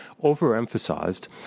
overemphasized